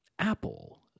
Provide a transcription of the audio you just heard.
apple